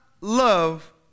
love